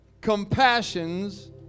compassions